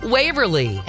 Waverly